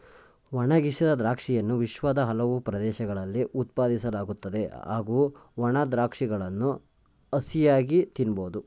ಒಣಗಿಸಿದ ದ್ರಾಕ್ಷಿಯನ್ನು ವಿಶ್ವದ ಹಲವು ಪ್ರದೇಶಗಳಲ್ಲಿ ಉತ್ಪಾದಿಸಲಾಗುತ್ತದೆ ಹಾಗೂ ಒಣ ದ್ರಾಕ್ಷಗಳನ್ನು ಹಸಿಯಾಗಿ ತಿನ್ಬೋದು